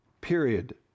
period